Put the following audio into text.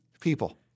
people